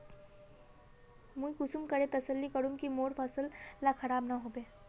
मुई कुंसम करे तसल्ली करूम की मोर फसल ला खराब नी होबे?